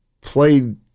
played